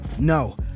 No